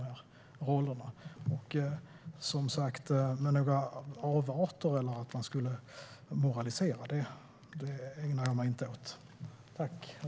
Att kalla det för avarter eller att moralisera är ingenting jag ägnar mig åt.